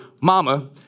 Mama